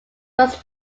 was